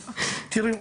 תראי,